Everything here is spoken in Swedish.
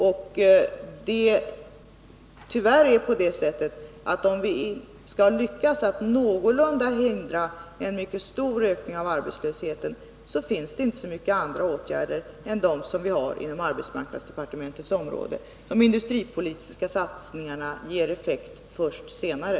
Det ärtyvärr på det sättet att om vi skall lyckas att någorlunda hindra en mycket stor ökning av arbetslösheten finns det inte så många andra åtgärder än de som vi har inom arbetsmarknadsdepartmentets område. De industripolitiska satsningarna ger effekt först senare.